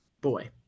Boy